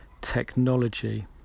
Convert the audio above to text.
technology